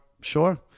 Sure